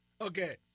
Okay